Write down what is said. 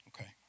Okay